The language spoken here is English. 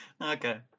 Okay